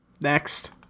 Next